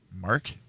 Mark